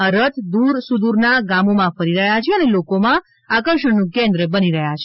આ રથ દૂર સુદુરના ગામોમાં ફરી રહ્યા છે અને લોકોમાં આકર્ષણનું કેન્દ્ર બની રહ્યા છે